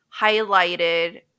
highlighted